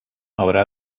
haurà